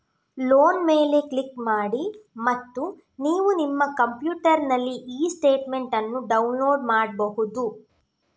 loan ಮೇಲೆ click ಮಾಡಿ ಮತ್ತು ನೀವು ನಿಮ್ಮ ಕಂಪ್ಯೂಟರಿನಲ್ಲಿ ಇ ಸ್ಟೇಟ್ಮೆಂಟ್ ಅನ್ನು ಡೌನ್ಲೋಡ್ ಮಾಡ್ಬಹುದು